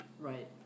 Right